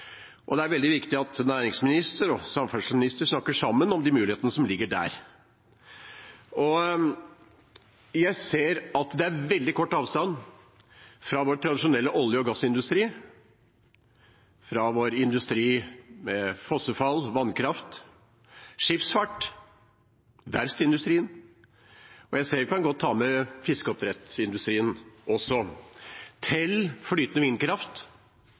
og det er veldig viktig at næringsministeren og samferdselsministeren snakker sammen om mulighetene som ligger der. Jeg ser at det er veldig kort avstand fra vår tradisjonelle olje- og gassindustri og vår industri med fossefall og vannkraft, skipsfart, verftsindustrien – vi kan godt ta med fiskeoppdrettsindustrien også – til flytende vindkraft